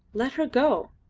let her go.